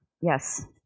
Yes